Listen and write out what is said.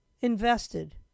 invested